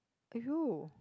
!aiyo!